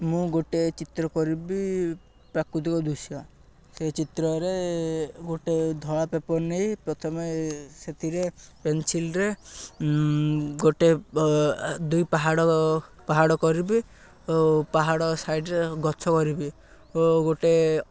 ମୁଁ ଗୋଟେ ଚିତ୍ର କରିବି ପ୍ରାକୃତିକ ଦୃଶ୍ୟ ସେ ଚିତ୍ରରେ ଗୋଟେ ଧଳା ପେପର୍ ନେଇ ପ୍ରଥମେ ସେଥିରେ ପେନସିଲ୍ରେ ଗୋଟେ ଦୁଇ ପାହାଡ଼ ପାହାଡ଼ କରିବି ଓ ପାହାଡ଼ ସାଇଡ଼୍ରେ ଗଛ କରିବି ଓ ଗୋଟେ